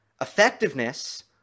effectiveness